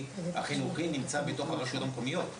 החינוכי נמצא בתוך הרשויות המקומיות,